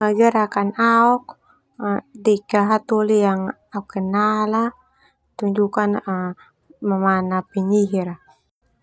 Ma gerakan aok, deka hatoli yang au kenal ah, tunjukkan mamanak penyihir ah.